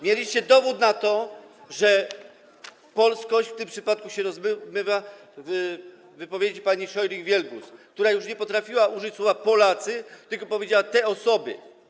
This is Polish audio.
Mieliście dowód na to, że polskość w tym przypadku się rozmywa, w wypowiedzi pani Scheuring-Wielgus, która już nie potrafiła użyć słowa „Polacy”, tylko powiedziała: te osoby.